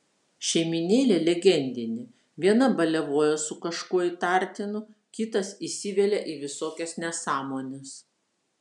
šeimynėlė legendinė viena baliavoja su kažkuo įtartinu kitas įsivelia į visokias nesąmones